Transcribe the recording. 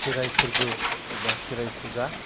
खेराय फोरबो एबा खेराय फुजा